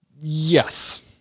Yes